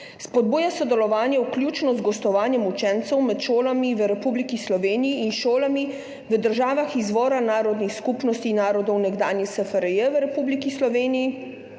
spodbuja sodelovanje, vključno z gostovanjem učencev, med šolami v Republiki Sloveniji in šolami v državah izvora narodnih skupnosti narodov nekdanje SFRJ v Republiki Sloveniji